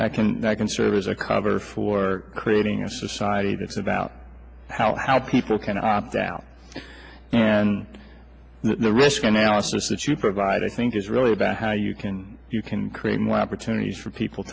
i can i can serve as a cover for creating a society that's about how how people can opt out and the risk analysis is to provide i think is really about how you can if you can create more opportunities for people